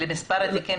למספר התיקים.